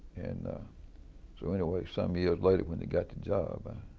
and so anyways, some years later when he got the job i